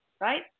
right